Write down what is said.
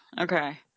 okay